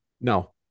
No